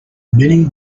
many